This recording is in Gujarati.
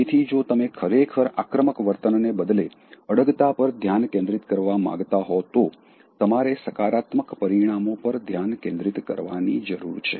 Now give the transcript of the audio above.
તેથી જો તમે ખરેખર આક્રમક વર્તનને બદલે અડગતા પર ધ્યાન કેન્દ્રિત કરવા માંગતા હો તો તમારે સકારાત્મક પરિણામો પર ધ્યાન કેન્દ્રિત કરવાની જરૂર છે